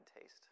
taste